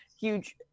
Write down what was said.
huge